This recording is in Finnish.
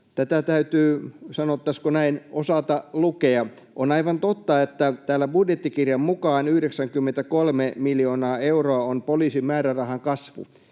tätä täytyy — sanottaisiinko näin — osata lukea. On aivan totta, että budjettikirjan mukaan 93 miljoonaa euroa on poliisin määrärahan kasvu,